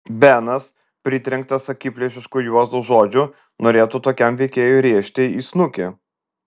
benas pritrenktas akiplėšiškų juozo žodžių norėtų tokiam veikėjui rėžti į snukį